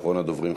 אחרון הדוברים,